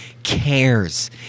cares